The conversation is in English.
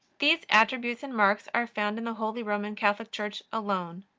these attributes and marks are found in the holy roman catholic church alone.